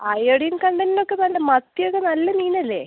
iodine content ഒക്കെ വേണ്ട മറ്റേത് നല്ല മീൻ അല്ലേ